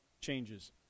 changes